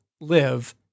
live